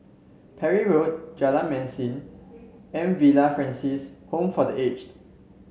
Parry Road Jalan Mesin and Villa Francis Home for The Aged